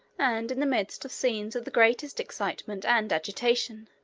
and in the midst of scenes of the greatest excitement and agitation.